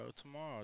Tomorrow